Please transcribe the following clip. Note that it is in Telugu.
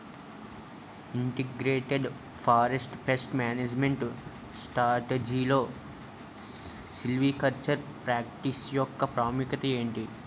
ఇంటిగ్రేటెడ్ ఫారెస్ట్ పేస్ట్ మేనేజ్మెంట్ స్ట్రాటజీలో సిల్వికల్చరల్ ప్రాక్టీస్ యెక్క ప్రాముఖ్యత ఏమిటి??